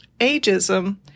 Ageism